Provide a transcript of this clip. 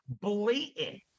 blatant